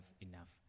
enough